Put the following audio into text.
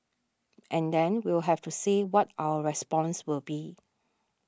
and then we'll have to say what our response will be